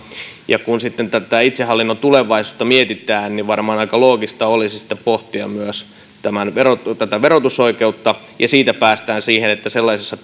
ja kun sitten tätä itsehallinnon tulevaisuutta mietitään niin varmaan aika loogista olisi sitten pohtia myös verotusoikeutta siitä päästään siihen että sellaisessa